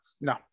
No